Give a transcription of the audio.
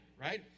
right